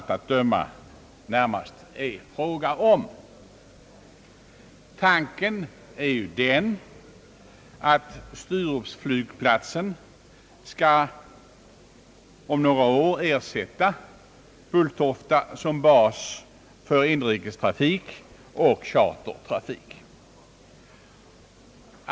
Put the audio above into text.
Tanken är att Sturupsflygplatsen om några år skall ersätta Bulltofta som bas för inrikesoch chartertrafik.